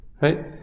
Right